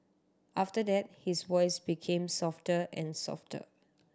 after that his voice became softer and softer